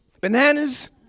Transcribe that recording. bananas